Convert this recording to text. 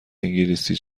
انگلیسی